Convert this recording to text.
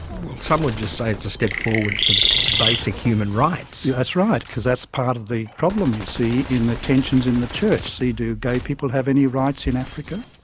well some would say it's a step forward for basic human rights. that's right because that's part of the problem you see in the tensions in the church see, do gay people have any rights in africa?